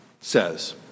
says